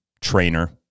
trainer